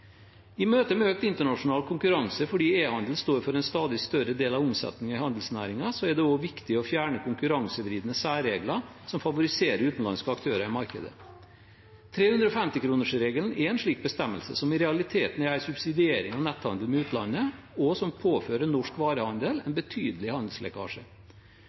I møte med økt internasjonal konkurranse fordi e-handel står for en stadig større del av omsetningen i handelsnæringen, er det også viktig å fjerne konkurransevridende særregler som favoriserer utenlandske aktører i markedet. 350-kronersregelen er en slik bestemmelse som i realiteten er subsidiering av netthandel med utlandet, og som påfører norsk varehandel en betydelig handelslekkasje.